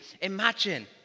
imagine